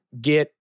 get